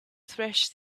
thresh